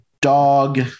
dog